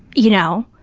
you know.